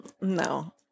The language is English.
No